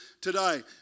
today